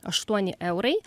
aštuoni eurai